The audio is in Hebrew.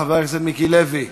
חבר הכנסת מיקי לוי,